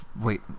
Wait